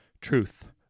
Truth